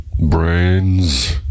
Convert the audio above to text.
brains